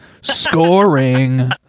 scoring